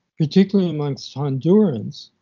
particularly amongst hondurans,